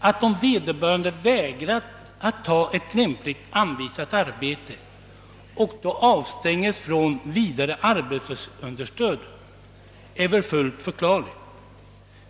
Att vederbörande, om han vägrat ta ett lämpligt, anvisat arbete avstängts från vidare arbetslöshetsunderstöd är väl fullt förklarligt.